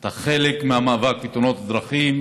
אתה חלק מהמאבק בתאונות הדרכים,